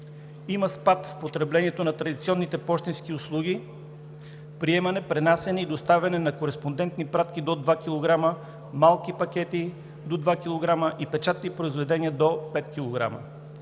Има спад в потреблението на традиционните пощенски услуги – приемане, пренасяне и доставяне на кореспондентни пратки до 2 кг, малки пакети до 2 кг и печатни произведения до 5 кг.